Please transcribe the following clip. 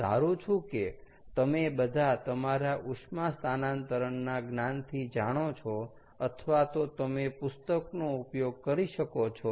હું ધારું છું કે તમે બધા તમારા ઉષ્મા સ્થાનંતરણના જ્ઞાનથી જાણો છો અથવા તો તમે પુસ્તકનો ઉપયોગ કરી શકો છો